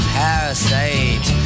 parasite